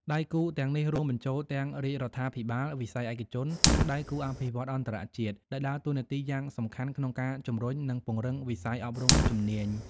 ដៃគូទាំងនេះរួមបញ្ចូលទាំងរាជរដ្ឋាភិបាល វិស័យឯកជន និងដៃគូអភិវឌ្ឍន៍អន្តរជាតិ ដែលដើរតួនាទីយ៉ាងសំខាន់ក្នុងការជំរុញ និងពង្រឹងវិស័យអប់រំជំនាញ។